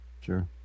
Sure